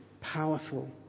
powerful